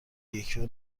یکیو